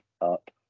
up